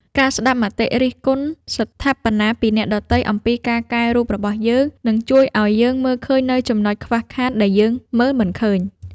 ការស្ដាប់មតិរិះគន់ស្ថាបនាពីអ្នកដទៃអំពីការកែរូបរបស់យើង នឹងជួយឱ្យយើងមើលឃើញនូវចំណុចខ្វះខាតដែលយើងមើលមិនឃើញ។